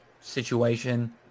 situation